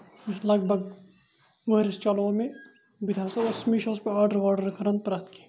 یہِ چھُ لگ بگ ؤریَس چلو مےٚ بہٕ تہِ ہسا اوس مےٚ چھُس بہٕ آرڈر واڈر کھرن پرٮ۪تھ کینٛہہ